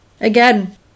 Again